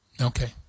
Okay